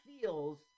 feels